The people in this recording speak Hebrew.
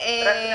כן.